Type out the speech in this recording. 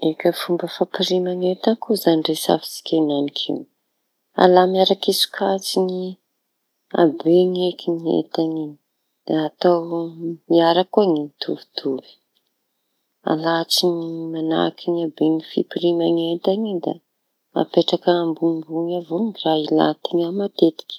Eka fomba fampirima entan koa izañy resafintsika enanik'io. Alamy araky sokajiñy habeny eky ny enta iñy da atao miaraky koa ny mitovitovy alahatry manahaky haben'ny fimpirima enta iñy da apetraka ambonimbony avao raha ilan-teña matetiky.